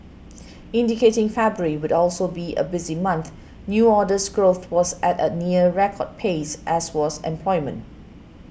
indicating February would also be a busy month new orders growth was at a near record pace as was employment